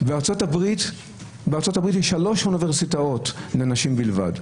בארצות הברית יש שלוש אוניברסיטאות לנשים בלבד,